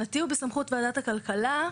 בסמכות ועדת הכלכלה.